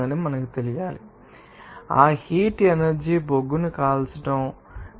కాబట్టి ఆ heat energy బొగ్గును కాల్చడం మీకు తెలుసు